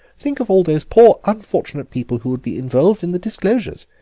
think of all these poor, unfortunate people who would be involved in the disclosures,